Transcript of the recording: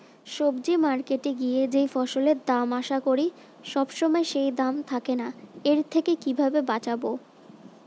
সবজি মার্কেটে গিয়ে যেই ফসলের দাম আশা করি সবসময় সেই দাম থাকে না এর থেকে কিভাবে বাঁচাবো?